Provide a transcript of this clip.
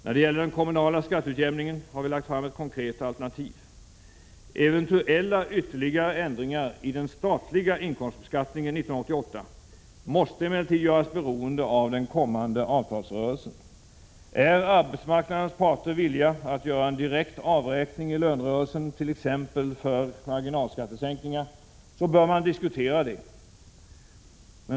När det gäller den kommunala skatteutjämningen har vi lagt fram ett konkret alternativ. Eventuella ytterligare ändringar i den statliga inkomstbeskattningen 1988 måste emellertid göras beroende av den kommande avtalsrörelsen. Är arbetsmarknadens parter villiga att göra en direkt avräkning i lönerörelsen t.ex. för marginalskattesänkningar bör det diskuteras.